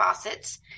faucets